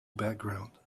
background